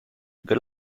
good